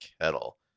kettle